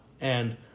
And-